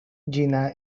gina